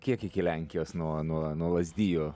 kiek iki lenkijos nuo nuo nuo lazdijų